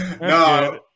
No